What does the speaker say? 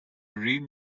rim